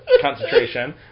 concentration